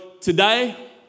today